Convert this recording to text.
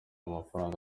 mafaranga